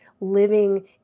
living